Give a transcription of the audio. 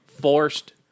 forced